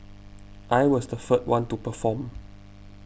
I was the third one to perform